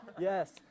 yes